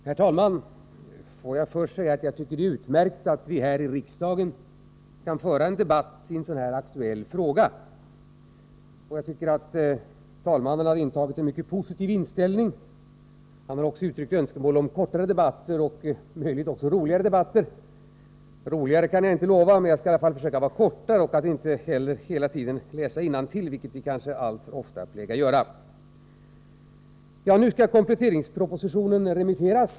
Herr talman! Låt mig först säga att jag tycker att det är utmärkt att vi här i riksdagen kan föra en debatt i en sådan här aktuell fråga. Jag tycker att talmannen har intagit en mycket positiv inställning. Han har också uttryckt önskemål om kortare debatter och om möjligt också roligare debatter. Roligare kan jag inte lova, men jag skall i alla fall försöka fatta mig kort och inte heller hela tiden läsa innantill, vilket vi kanske alltför ofta plägar göra. Nu skall kompletteringspropositionen remitteras.